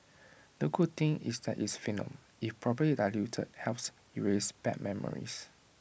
the good thing is that it's venom if properly diluted helps erase bad memories